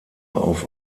auf